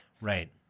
Right